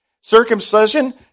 Circumcision